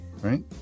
right